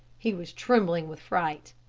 he was trembling with fright.